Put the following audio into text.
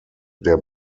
der